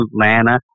Atlanta